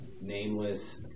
nameless